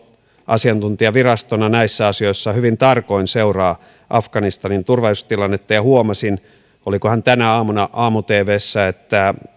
asiantuntijavirastona näissä asioissa hyvin tarkoin seuraa afganistanin turvallisuustilannetta huomasin olikohan tänä aamuna aamu tvssä että